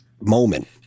moment